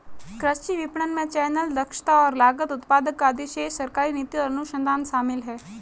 कृषि विपणन में चैनल, दक्षता और लागत, उत्पादक का अधिशेष, सरकारी नीति और अनुसंधान शामिल हैं